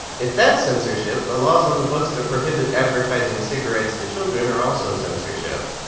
if that's censorship, the laws on the books that prohibit advertising cigarettes to children are also censorship.